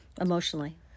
emotionally